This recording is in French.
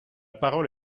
parole